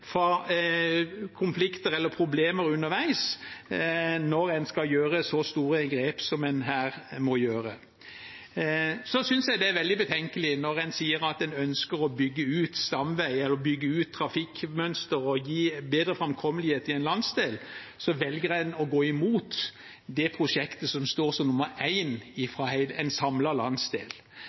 konflikter eller problemer underveis når en skal gjøre så store grep som en her må gjøre. Så synes jeg det er veldig betenkelig når en sier at en ønsker å bygge ut stamvei eller bygge ut trafikkmønster og gi bedre framkommelighet i en landsdel, at en velger å gå imot det prosjektet som står som nummer én fra en samlet landsdel. Da viser det at en